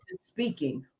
speaking